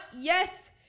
yes